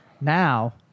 now